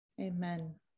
Amen